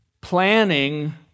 planning